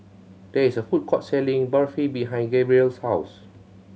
there is a food court selling Barfi behind Gabrielle's house